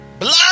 Blood